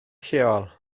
lleol